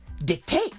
Dictate